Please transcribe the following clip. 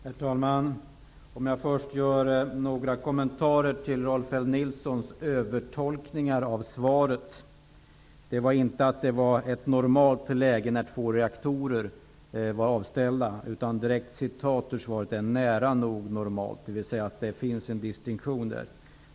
Herr talman! Jag skall först göra några kommentarer till Rolf L Nilsons övertolkningar av svaret. Det står inte i svaret att det var ett normalt läge när två reaktorer var avställda, utan att det var ''nära nog normalt''. Det finns alltså en distinktion där.